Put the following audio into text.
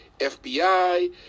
FBI